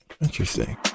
Interesting